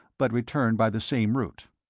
but returned by the same route.